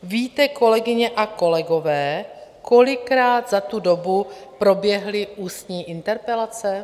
Víte, kolegyně a kolegové, kolikrát za tu dobu proběhly ústní interpelace?